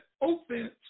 offense